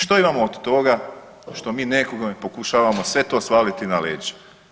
Što imamo od toga što mi nekome pokušavamo sve to svaliti na leđa?